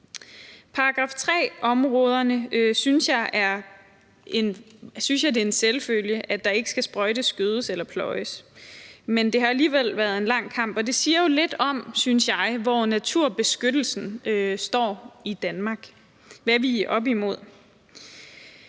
områder. § 3-områderne synes jeg er en selvfølge ikke skal sprøjtes, gødes eller pløjes, men det har alligevel været en lang kamp, og det siger jo lidt om, synes jeg, hvor naturbeskyttelsen står i Danmark, hvad vi er oppe imod.